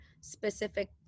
specific